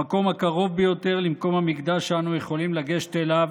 המקום הקרוב ביותר למקום המקדש שאנו יכולים לגשת אליו,